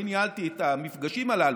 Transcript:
אני ניהלתי את המפגשים הללו,